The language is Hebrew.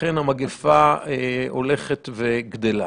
ולכן המגפה הולכת וגדלה.